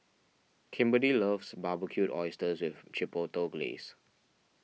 Kimberly loves Barbecued Oysters with Chipotle Glaze